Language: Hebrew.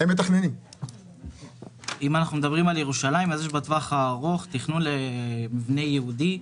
אם אנחנו מדברים על ירושלים אז יש בטווח הארוך תכנון למבנה ייעודי,